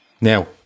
Now